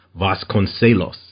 Vasconcelos